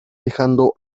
dejando